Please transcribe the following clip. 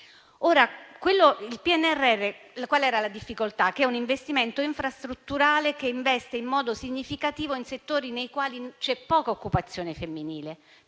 del PNRR? È che si tratta di un investimento infrastrutturale che investe in modo significativo in settori nei quali c'è poca occupazione femminile.